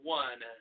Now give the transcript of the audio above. one